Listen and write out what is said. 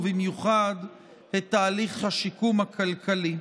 ובמיוחד את תהליך השיקום הכלכלי.